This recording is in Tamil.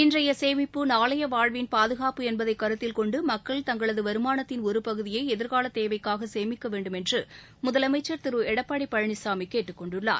இன்றைய சேமிப்பு நாளைய வாழ்வின் பாதுனப்பு என்பதை கருத்தில் கொண்டு மக்கள் தங்களது வருமானத்தின் ஒரு பகுதியை எதிர்காலத் தேவைக்காக சேமிக்க வேண்டும் என்று முதலமைச்சர் திரு எடப்பாடி பழனிசாமி கேட்டுக்கொண்டுள்ளார்